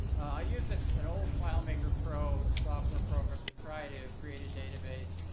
i used an old filemaker pro software program to try to create a database.